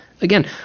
Again